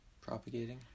propagating